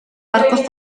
barcos